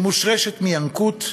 שמושרשת מינקות.